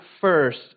first